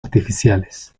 artificiales